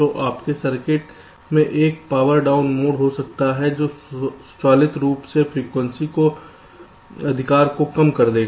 तो आपके सर्किट में एक पावर डाउन मोड हो सकता है जो स्वचालित रूप से फ्रीक्वेंसी अधिकार को कम कर देगा